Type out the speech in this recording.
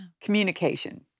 Communication